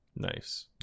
Nice